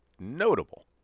Notable